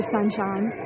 Sunshine